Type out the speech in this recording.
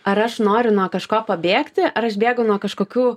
ar aš noriu nuo kažko pabėgti ar aš bėgu nuo kažkokių